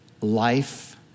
life